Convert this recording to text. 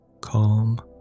Calm